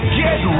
get